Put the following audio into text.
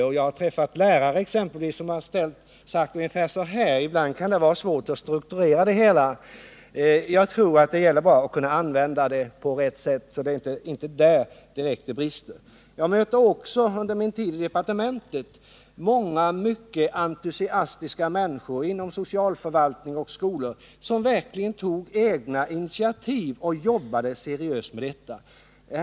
Jag har exempelvis träffat lärare som sagt ungefär så: Ibland kan det vara svårt att strukturera det hela. Jag tror att det bara gäller att använda materialet på rätt sätt, så det är inte direkt när det gäller tillgången på material som det brister. Under min tid i departementet mötte jag också många entusiastiska människor inom socialförvaltning och skola som verkligen tog egna initiativ och jobbade seriöst med detta.